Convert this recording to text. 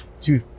two